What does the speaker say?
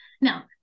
now